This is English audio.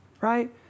right